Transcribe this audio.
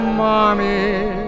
mommy